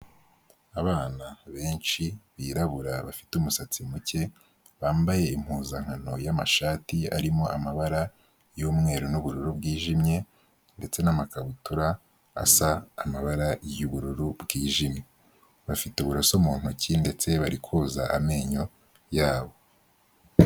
Abana benshi birabura bafite umusatsi muke bambaye impuzankano y'amashati arimo amabara y'umweru n'bururu bwijimye ndetse n'amakabutura asa amabara y'ubururu bwijimye bafite uburoso mu ntoki ndetse bari koza amenyo yabo.